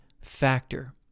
factor